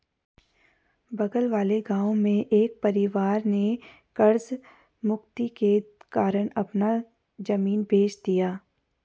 बगल वाले गांव में एक परिवार ने कर्ज मुक्ति के कारण अपना जमीन बेंच दिया